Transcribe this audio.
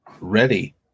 ready